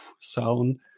sound